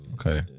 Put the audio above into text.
Okay